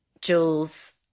Jules